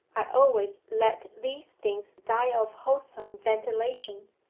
i always let these things die of wholesome ventilation,